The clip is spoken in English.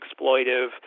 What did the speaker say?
exploitive